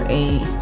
eight